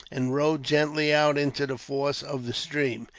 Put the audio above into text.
and rowed gently out into the force of the stream.